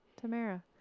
Tamara